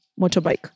motorbike